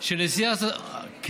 שנשיא ארצות הברית, אז מה המסקנה?